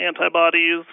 antibodies